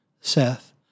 Seth